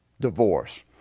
divorce